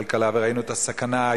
הוועדה עלו